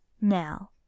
Now